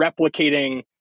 replicating